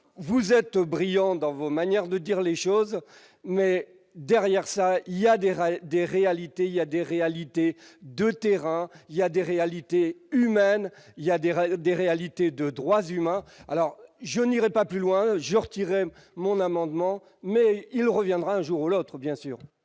vous êtes brillant dans vos, manière de dire les choses, mais derrière ça, il y a des rats et des réalités, il y a des réalités de terrain, il y a des réalités humaines, il y a des règles, des réalités de droits humains, alors je n'irai pas plus loin, je retirerais même mon amendement, mais il reviendra un jour ou l'autre bien sûr.